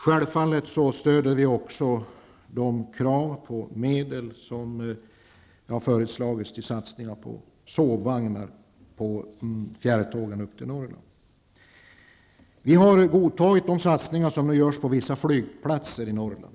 Självfallet stödjer vi också kraven på medel till satsningar på sovvagnar på fjärrtågen upp till Vi har godtagit de satsningar som nu görs på vissa flygplatser i Norrland.